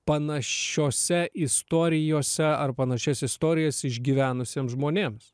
panašiose istorijose ar panašias istorijas išgyvenusiems žmonėms